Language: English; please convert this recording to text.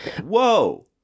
whoa